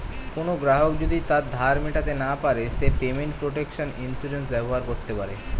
কোনো গ্রাহক যদি তার ধার মেটাতে না পারে সে পেমেন্ট প্রটেকশন ইন্সুরেন্স ব্যবহার করতে পারে